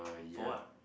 for what